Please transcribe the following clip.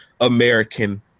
American